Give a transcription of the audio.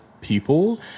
people